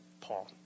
Paul